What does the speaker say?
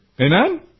Amen